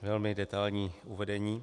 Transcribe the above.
Velmi detailní uvedení.